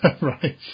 right